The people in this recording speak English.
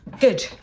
good